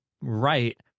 right